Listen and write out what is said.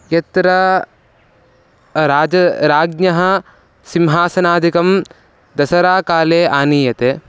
यत्र राज्ञः राज्ञः सिंहासनादिकं दसराकाले आनीयते